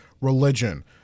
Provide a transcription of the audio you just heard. religion